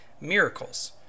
miracles